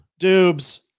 Dubes